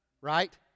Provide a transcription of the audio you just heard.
right